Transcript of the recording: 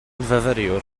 fyfyriwr